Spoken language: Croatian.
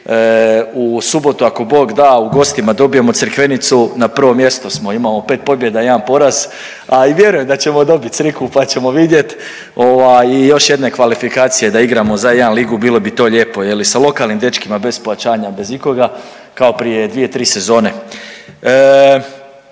i u subotu ako Bog da u gostim dobijemo Crikvenicu na prvom mjestu smo, imamo 5 pobjeda i 1 poraz, a i vjerujem da ćemo dobiti Crikvu pa ćemo vidjet ovaj i još jedne kvalifikacije da igramo za A1 ligu bilo bi to lijepo sa lokalnim dečkima bez pojačanja, bez ikoga kao prije 2-3 sezone.